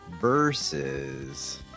Versus